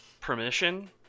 permission